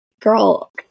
Girl